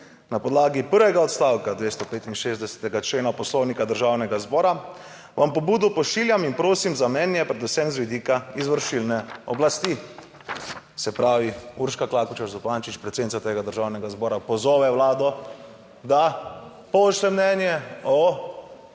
na podlagi prvega odstavka 265. člena Poslovnika Državnega zbora vam pobudo pošiljam in prosim za mnenje predvsem z vidika izvršilne oblasti. Se pravi Urška Klakočar Zupančič, predsednica tega Državnega zbora pozove Vlado, da pošlje mnenje o